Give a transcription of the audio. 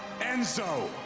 Enzo